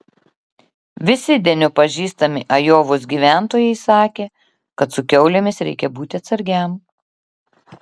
visi denio pažįstami ajovos gyventojai sakė kad su kiaulėmis reikia būti atsargiam